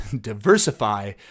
diversify